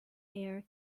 air